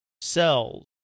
cells